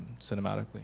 cinematically